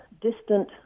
distant